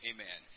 Amen